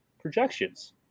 projections